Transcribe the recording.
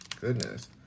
Goodness